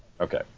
okay